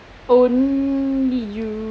only you